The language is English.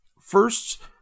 First